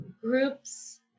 groups